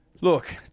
Look